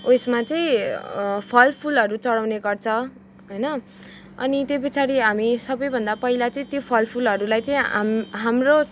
उयस मा चाहिँ फल फुलहरू चढाउने गर्छ होइन अनि त्यो पछाडि हामी सबैभन्दा पहिला चाहिँ त्यो फल फुलहरूलाई चाहिँ हाम हाम्रो